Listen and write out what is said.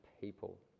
people